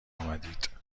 آمدید